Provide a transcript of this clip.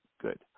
Good